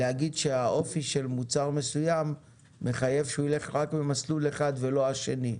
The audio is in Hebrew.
להגיד שהאופי של מוצר מסוים מחייב שהוא ילך רק במסלול אחד ולא השני?